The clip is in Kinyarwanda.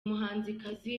muhanzikazi